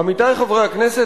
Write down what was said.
עמיתי חברי הכנסת,